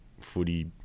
footy